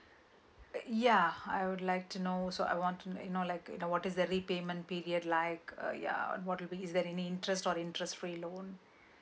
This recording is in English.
uh ya I would like to know so I want to like know what is the late payment period like uh ya what is there any interest or interest free loan